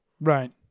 Right